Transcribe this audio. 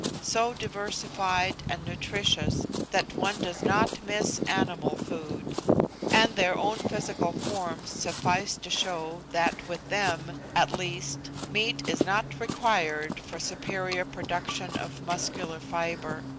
so diversified and nutritious that one does not miss animal food and their own physical forms suffice to show that with them, at least, meat is not required for superior production of muscular fibre.